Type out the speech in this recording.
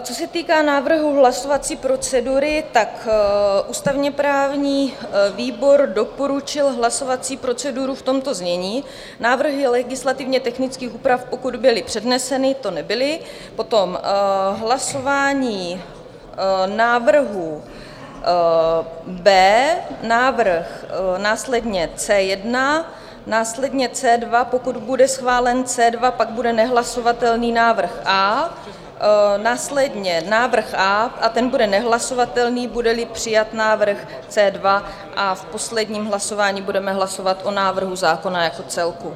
Co se týká návrhu hlasovací procedury, ústavněprávní výbor doporučil hlasovací proceduru v tomto znění: návrhy legislativně technických úprav, pokud byly předneseny to nebyly, potom hlasování návrhů B, následně návrh C1, následně C2 pokud bude schválen C2, pak bude nehlasovatelný návrh A následně návrh A a ten bude nehlasovatelný, budeli přijat návrh C2, a v posledním hlasování budeme hlasovat o návrhu zákona jako celku.